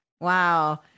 Wow